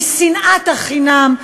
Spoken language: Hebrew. משנאת החינם,